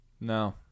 No